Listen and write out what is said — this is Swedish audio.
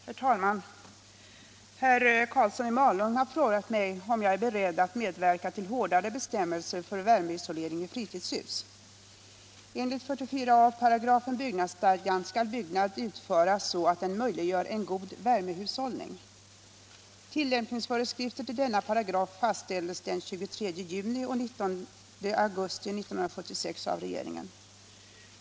Herr talman! Herr Karlsson i Malung har frågat mig om jag är beredd att medverka till hårdare bestämmelser för värmeisolering i fritidshus. Enligt 44 a § byggnadsstadgan skall byggnad utföras så att den möjliggör en god värmehushållning. Tillämpningsföreskrifter till denna paragraf fastställdes den 23 juni och 19 augusti 1976 av regeringen.